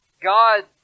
God